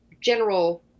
general